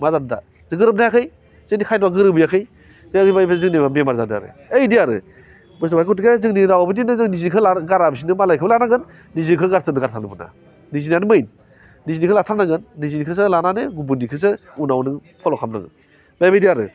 मा जादों दा जों गोरोबनो हायाखै जोंनि खायद'वा गोरोबहैयाखै जोंनि मानसिफ्रा जोंनियाव बेमार जादों आरो ओइ बिदि आरो बुजिबाय गथिखे जोंनि रावाबोदि नों निजिखौ लानो गारालासिनो मालायनिखौबो लानांगोन निजिखौ गारथारनो मोना निजिनानो मेइन निजिनिखौ लाथारनांगोन निजिनिखौसो लानानै गुबुननिखौसो उनाव नों फल' खालामनांगौ दा बिदि आरो